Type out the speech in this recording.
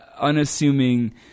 unassuming